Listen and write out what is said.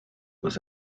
was